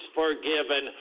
forgiven